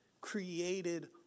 created